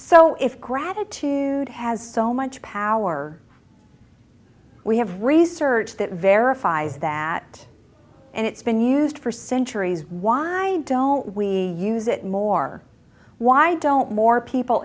so if gratitude has so much power we have research that verifies that and it's been used for centuries why don't we use it more why don't more people